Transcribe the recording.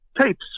tapes